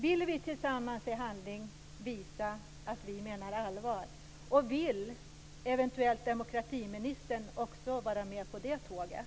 Vill vi tillsammans i handling visa att vi menar allvar och vill också demokratiministern vara med på det tåget?